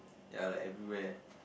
ya like everywhere